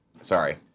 sorry